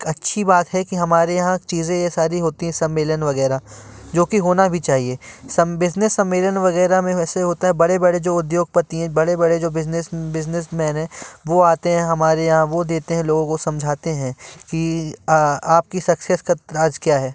अच्छी बात है कि हमारे यहाँ चीज़ें ये सारी होती हैं सम्मलेन वगैरा जो कि होना भी चाहिए सम बिज़नेस सम्मलेन वगेरा में वैसे होता है बड़े बड़े जो उद्योगपति हैं बड़े बड़े जो बिज़नेस बिज़नेसमैन हैं वो आते हैं हमारे यहाँ वो देते हैं लोगों को समझाते हैं कि आपकी सक्सेस का राज़ क्या है